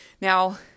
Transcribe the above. Now